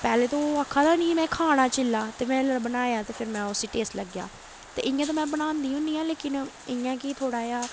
पैह्लें ते ओह् आखा दा निं में खाना चिल्ला ते में जेल्लै बनाया ते फिर में उस्सी टेस्ट लग्गेआ ते इ'यां ते में बनांदी होन्नी आं लेकन इ'यां ऐ कि थोह्ड़ा जेहा